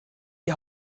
die